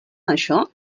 això